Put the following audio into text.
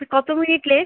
তো কত minute late